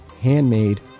handmade